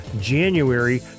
January